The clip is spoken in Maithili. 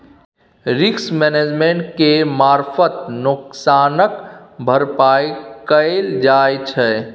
रिस्क मैनेजमेंट केर मारफत नोकसानक भरपाइ कएल जाइ छै